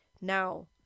Now